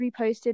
reposted